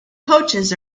coaches